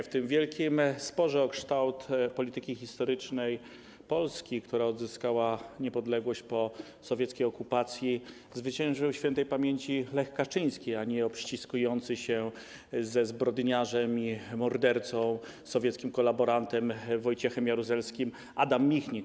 W tym wielkim sporze o kształt polityki historycznej Polski, która odzyskała niepodległość po sowieckiej okupacji, zwyciężył śp. Lech Kaczyński, a nie obściskujący się ze zbrodniarzem, mordercą i sowieckim kolaborantem Wojciechem Jaruzelskim Adam Michnik.